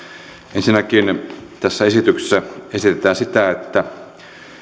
ensinnäkin tässä esityksessä esitetään sitä että